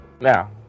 Now